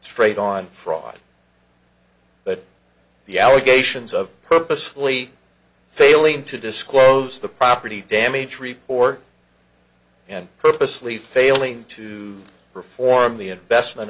trade on fraud but the allegations of purposely failing to disclose the property damage report and purposely failing to perform the investment